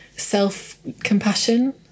self-compassion